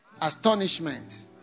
astonishment